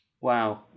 Wow